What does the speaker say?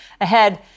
Ahead